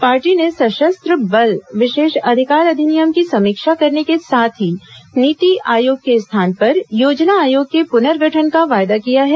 party ने सशस्त्र बल विशेष अधिकार अधिनियम की समीक्षा करने के साथ ही नीति आयोग के स्थान पर योजना आयोग के पुनर्गठन का वायदा किया है